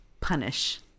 Punish